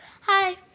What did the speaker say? Hi